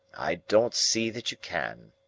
i don't see that you can.